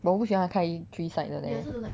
but 我不喜欢它开 three side 的 leh